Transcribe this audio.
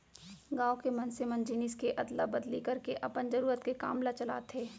गाँव के मनसे मन जिनिस के अदला बदली करके अपन जरुरत के काम ल चलाथे